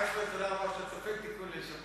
אייכלר, תודה רבה שאתה צופה, תיקון ליל שבועות.